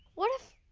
what if